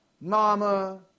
mama